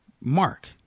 Mark